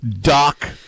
Doc